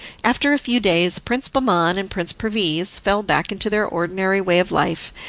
after a few days prince bahman and prince perviz fell back into their ordinary way of life,